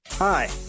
Hi